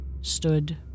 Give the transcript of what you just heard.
stood